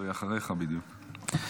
היא אחריך בדיוק.